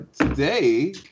today